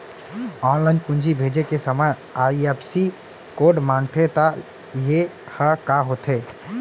Online पूंजी भेजे के समय आई.एफ.एस.सी कोड माँगथे त ये ह का होथे?